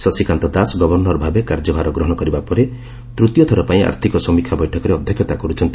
Shashikant Das governor ଭାବେ କାର୍ଯ୍ୟଭାର ଗ୍ରହଣ କରିବା ପରେ ତୂତୀୟ ଥରପାଇଁ ଆର୍ଥିକ ସମୀକ୍ଷା ବୈଠକରେ ଅଧ୍ୟକ୍ଷତା କର୍ରଛନ୍ତି